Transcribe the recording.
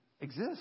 exist